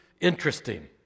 interesting